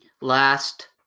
last